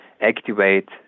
activate